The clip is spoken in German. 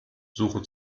suche